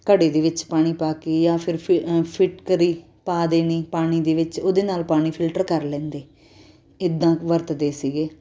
ਘੜੇ ਦੇ ਵਿੱਚ ਪਾਣੀ ਪਾ ਕੇ ਜਾਂ ਫਿਰ ਫਿ ਅ ਫਟਕੜੀ ਪਾ ਦੇਣੀ ਪਾਣੀ ਦੇ ਵਿੱਚ ਉਹਦੇ ਨਾਲ ਪਾਣੀ ਫਿਲਟਰ ਕਰ ਲੈਂਦੇ ਇੱਦਾਂ ਵਰਤਦੇ ਸੀਗੇ